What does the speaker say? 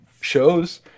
shows